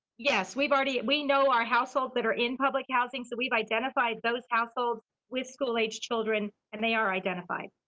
yes, we've already we know our households that are in public housing, so we've identified those households with school-aged children, and they are identified.